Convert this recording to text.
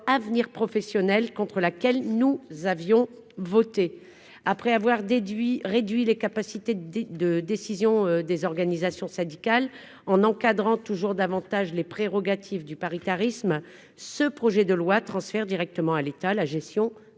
avenir professionnel, contre laquelle nous avions voté après avoir déduit réduit les capacités des de décisions des organisations syndicales, en encadrant toujours davantage les prérogatives du paritarisme, ce projet de loi transfère directement à l'État, la gestion